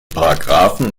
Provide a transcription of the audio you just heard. paragraphen